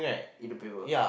in the paper